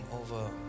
over